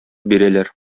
бирәләр